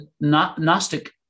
Gnostic